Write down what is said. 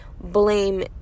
blame